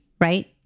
right